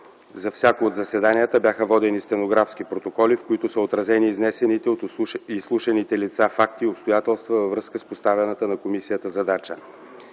За всяко от заседанията бяха водени стенографски протоколи, в които са отразени изнесените от изслушаните лица факти и обстоятелства във връзка с поставената на комисията задача.